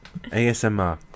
ASMR